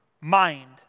mind